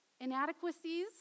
inadequacies